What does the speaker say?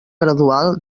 gradual